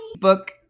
book